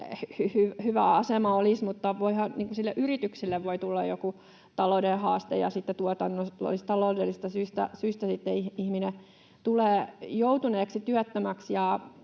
hyvä asema olisi, kun voihan sille yritykselle tulla joku taloudellinen haaste ja sitten tuotannollis-taloudellisesta syystä sitten ihminen tulee joutuneeksi työttömäksi.